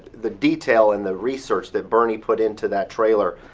the detail and the research that bernie put into that trailer.